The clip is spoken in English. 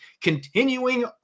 Continuing